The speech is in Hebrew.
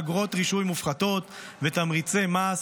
נהנות מאגרות רישוי מופחתות ותמריצי מס,